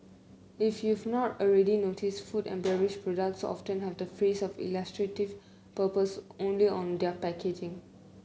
if you've not already noticed food and beverage products often have the phrase for illustrative purpose only on their packaging